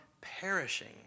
perishing